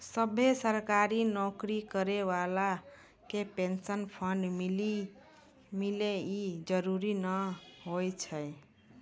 सभ्भे सरकारी नौकरी करै बाला के पेंशन फंड मिले इ जरुरी नै होय छै